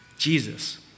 Jesus